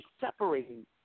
separating